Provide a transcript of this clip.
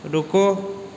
रुको